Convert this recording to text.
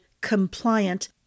compliant